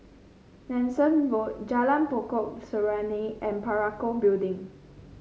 Nanson Road Jalan Pokok Serunai and Parakou Building